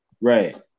Right